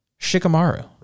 shikamaru